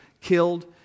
killed